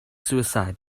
suicide